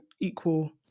equal